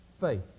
faith